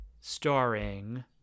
Starring